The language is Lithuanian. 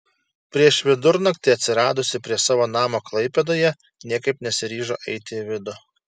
prieš vidurnakti atsiradusi prie savo namo klaipėdoje niekaip nesiryžo eiti į vidų